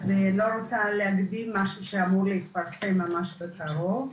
אני לא רוצה להקדים משהו שאמור להתפרסם ממש בקרוב.